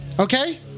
Okay